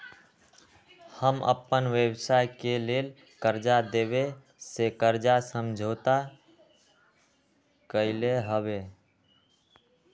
हम अप्पन व्यवसाय के लेल कर्जा देबे से कर्जा समझौता कलियइ हबे